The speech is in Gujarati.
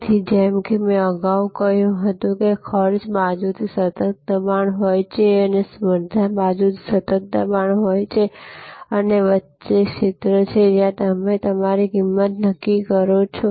તેથી જેમ કે મેં અગાઉ કહ્યું હતું કે ખર્ચ બાજુથી સતત દબાણ હોય છે અને સ્પર્ધા બાજુથી સતત દબાણ હોય છે અને વચ્ચે ક્ષેત્ર છે જ્યાં તમે તમારી કિંમત નક્કી કરો છો